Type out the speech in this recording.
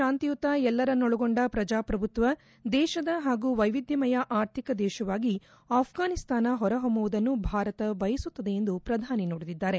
ಶಾಂತಿಯುತ ಎಲ್ಲರನ್ನೊಳಗೊಂಡ ಪ್ರಜಾಪ್ರಭುತ್ವ ದೇಶದ ಹಾಗೂ ವ್ಯೆವಿಧ್ಯಮಯ ಆರ್ಥಿಕ ದೇಶವಾಗಿ ಅಪ್ರಾನಿಸ್ತಾನ ಹೊರ ಹೊಮ್ಮುವುದನ್ನು ಭಾರತ ಬಯಸುತ್ತದೆ ಎಂದು ಪ್ರಧಾನಿ ನುಡಿದಿದ್ದಾರೆ